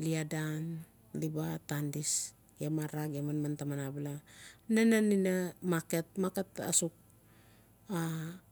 linda libba tandis gem arara gem manman taman abala nanan ina market asux